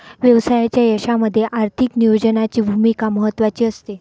व्यवसायाच्या यशामध्ये आर्थिक नियोजनाची भूमिका महत्त्वाची असते